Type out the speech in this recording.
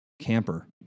camper